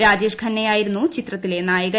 രാജേഷ് ഖന്നയായിരുന്നു ചിത്രത്തിലെ നായകൻ